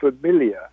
familiar